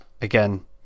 again